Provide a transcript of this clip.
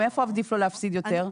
מאיפה עדיף לו להפסיד יותר?